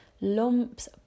Lumps